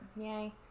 yay